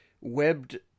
webbed